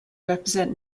represent